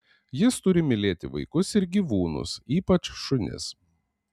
jis turi mylėti vaikus ir gyvūnus ypač šunis